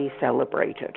celebrated